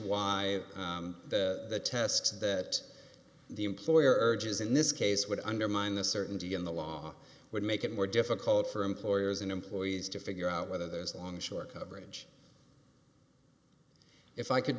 why the test that the employer urges in this case would undermine the certainty in the law would make it more difficult for employers and employees to figure out whether those longshore coverage if i could